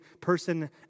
person